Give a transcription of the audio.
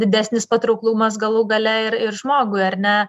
didesnis patrauklumas galų gale ir ir žmogui ar ne